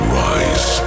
rise